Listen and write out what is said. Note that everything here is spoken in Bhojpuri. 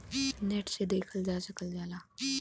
नेट से देखल जा सकल जाला